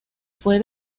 fue